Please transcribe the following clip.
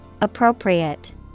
Appropriate